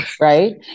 right